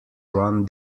run